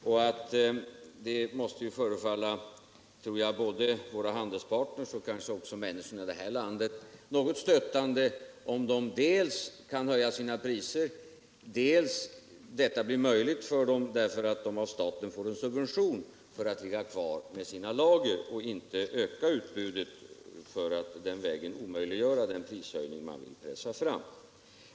Det måste, tror jag, förefalla både våra handelspartners och kanske också människorna i det här landet något stötande om industrin kan höja sina priser och detta blir möjligt genom att den av staten får en subvention för att ligga kvar med sina lager och inte öka utbudet, i syfte att den vägen omöjliggöra den prishöjning man vill pressa fram.